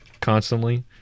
constantly